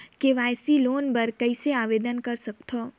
KCC loan बर कइसे आवेदन कर सकथव?